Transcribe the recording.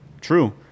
True